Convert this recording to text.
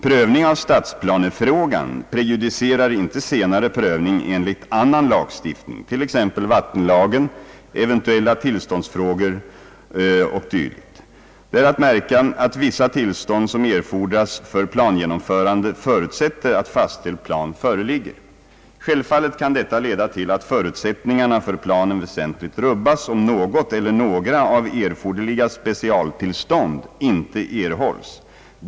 Prövning av stadsplanefrågan prejudicerar inte senare prövning enligt annan lagstiftning, t.ex. vattenlagen, eventuella tillståndsfrågor e. d. Det är att märka att vissa tillstånd, som erfordras för plangenomförande, förutsätter att fastställd plan föreligger. Självfallet kan detta leda till att förutsättningarna för planen väsentligt rubbas om något eller några av erforderliga specialtillstånd inte erhålls.